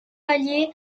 allié